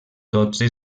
dotze